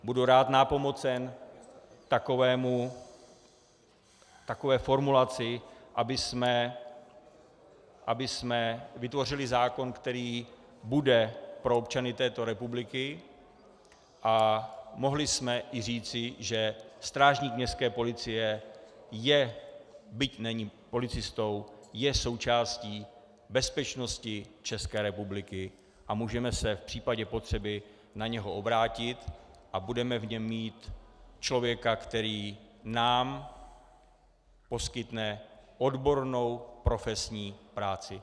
Budu rád nápomocen k takové formulaci, abychom vytvořili zákon, který bude pro občany této republiky, a mohli jsme i říci, že strážník městské policie je, byť není policistou, součástí bezpečnosti České republiky a můžeme se v případě potřeby na něj obrátit a budeme v něm mít člověka, který nám poskytne odbornou profesní práci.